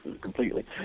completely